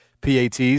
PATs